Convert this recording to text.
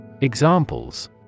Examples